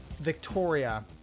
Victoria